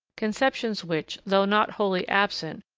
conceptions which, though not wholly absent,